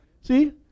See